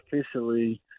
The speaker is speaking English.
officially